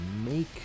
make